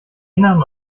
inneren